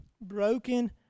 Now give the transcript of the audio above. Broken